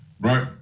right